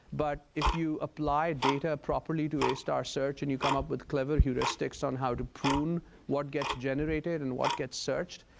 but if you apply data properly to a-star search and you come up with clever heuristics on how to prune what gets generated and what gets searched,